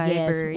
yes